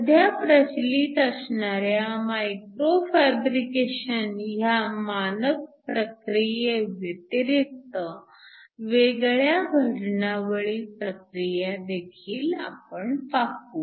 सध्या प्रचलित असणाऱ्या मायक्रो फॅब्रिकेशन ह्या मानक प्रक्रियेव्यतिरिक्त वेगळ्या घडणावळी प्रक्रिया देखील आपण पाहू